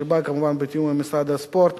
שבאה כמובן בתיאום עם משרד הספורט,